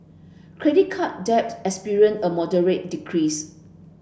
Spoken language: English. credit card debt experienced a moderate decrease